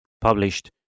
published